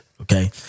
okay